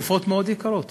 הן תרופות מאוד יקרות.